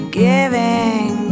giving